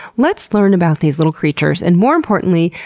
let's learn about these little creatures and more importantly,